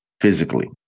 physically